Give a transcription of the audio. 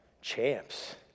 champs